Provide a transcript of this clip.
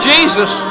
Jesus